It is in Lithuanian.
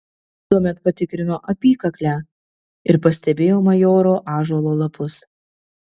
tuomet patikrino apykaklę ir pastebėjo majoro ąžuolo lapus